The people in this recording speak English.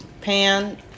pan